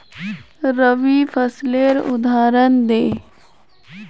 रवि फसलेर उदहारण दे?